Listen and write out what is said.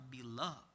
beloved